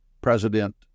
president